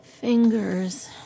Fingers